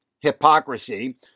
hypocrisy